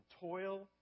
toil